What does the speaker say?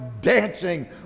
dancing